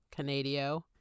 Canadio